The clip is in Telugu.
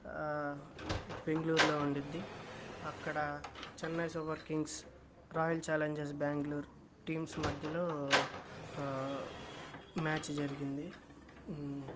బెంగళూరులో ఉండుద్ది అక్కడ Chennai Super Kings Royal Challengers Bangalore teams మద్యలో మ్యాచ్ జరిగింది